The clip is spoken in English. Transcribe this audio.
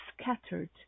scattered